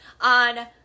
on